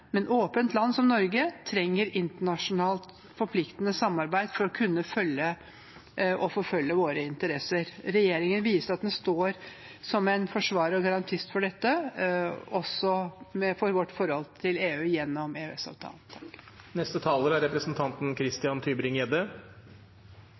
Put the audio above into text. men åpent land som Norge trenger internasjonalt forpliktende samarbeid for å kunne følge og forfølge sine interesser. Regjeringen viser at den står som en forsvarer og garantist for dette, også for vårt forhold til EU gjennom